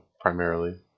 primarily